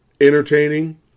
entertaining